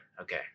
Okay